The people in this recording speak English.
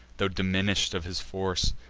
tho' diminish'd of his force.